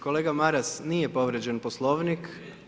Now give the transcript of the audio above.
Kolega Maras, nije povrijeđen poslovnik.